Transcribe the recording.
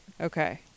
Okay